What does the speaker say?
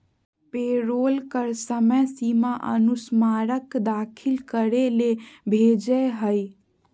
payroll कर समय सीमा अनुस्मारक दाखिल करे ले भेजय हइ